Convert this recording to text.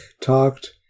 talked